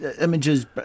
images